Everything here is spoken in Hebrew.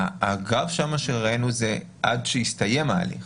הגרף שראינו זה עד שהסתיים ההליך.